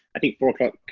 i think four o'clock